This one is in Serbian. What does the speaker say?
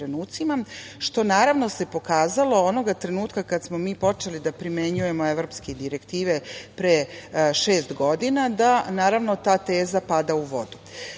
što se pokazalo onog trenutka kad smo mi počeli da primenjujemo evropske direktive pre šest godina da naravno ta teza pada u vodu.Zašto